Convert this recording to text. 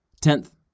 Tenth